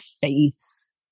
face